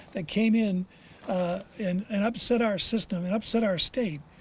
that came in and and upset our system and upset our state,